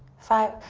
five,